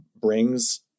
brings